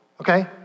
okay